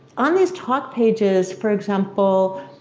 on these top pages, for example,